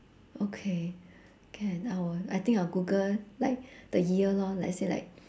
okay can I will I think I will google like the year lor let's say like